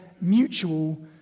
mutual